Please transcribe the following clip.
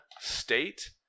state